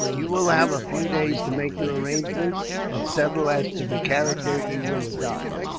you will have a few days to make your arrangements, and settle as to the character you will adopt.